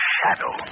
Shadow